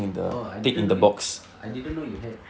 oh I didn't know you I didn't know you had